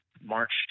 March